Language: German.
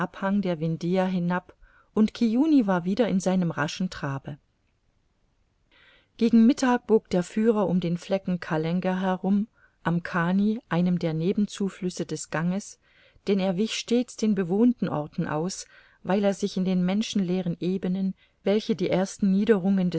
der vindhia hinab und kiuni war wieder in seinem raschen trabe gegen mittag bog der führer um den flecken kallenger herum am cani einem der nebenzuflüsse des ganges denn er wich stets den bewohnten orten aus weil er sich in den menschenleeren ebenen welche die ersten niederungen